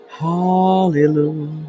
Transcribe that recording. Hallelujah